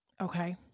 Okay